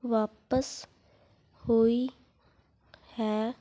ਵਾਪਸ ਹੋਈ ਹੈ